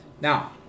Now